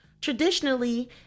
Traditionally